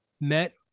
met